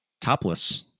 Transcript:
topless